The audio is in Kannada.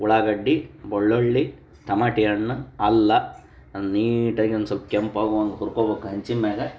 ಉಳ್ಳಾಗಡ್ಡೆ ಬೆಳ್ಳುಳ್ಳಿ ತಮಾಟಿ ಹಣ್ಣು ಅಲ್ಲ ಅದ್ನ ನೀಟಾಗಿ ಒಂದು ಸ್ವಲ್ಪ ಕೆಂಪಾಗುವಂಗೆ ಹುರ್ಕೋಬೇಕ್ ಹಂಚಿನ ಮೇಲೆ